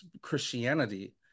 Christianity